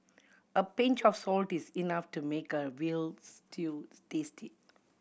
a pinch of salty is enough to make a veal stew tasty